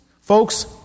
Folks